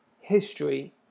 history